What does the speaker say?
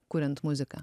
kuriant muziką